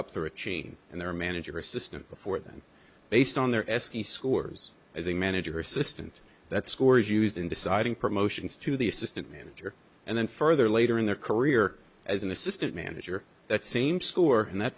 for a chain and their manager assistant before them based on their s t scores as a manager assistant that score is used in deciding promotions to the assistant manager and then further later in their career as an assistant manager that same score and that